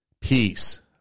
peace